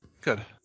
Good